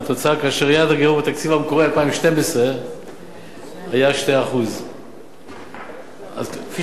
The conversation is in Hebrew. כאשר יעד הגירעון בתקציב המקורי 2012 היה 2%. כפי שאמרתי,